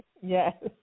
Yes